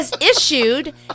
issued